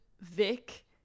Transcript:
Vic